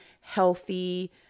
healthy